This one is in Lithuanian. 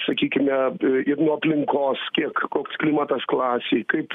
sakykime ir nuo aplinkos kiek koks klimatas klasėj kaip